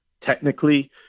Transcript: Technically